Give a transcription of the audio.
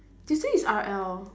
tuesday is R L